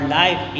life